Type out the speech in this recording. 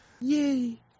Yay